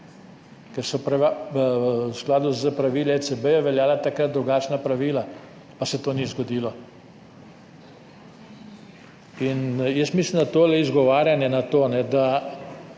v skladu s pravili ECB veljala takrat drugačna pravila, pa se to ni zgodilo. Jaz mislim, da to izgovarjanje na to, kaj